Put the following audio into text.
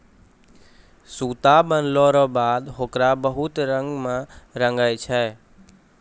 सूता बनलो रो बाद होकरा बहुत रंग मे रंगै छै